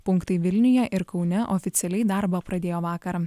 punktai vilniuje ir kaune oficialiai darbą pradėjo vakar